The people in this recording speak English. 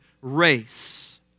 race